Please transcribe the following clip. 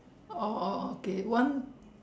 oh oh okay one